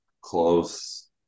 close